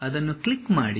ಅದನ್ನು ಕ್ಲಿಕ್ ಮಾಡಿ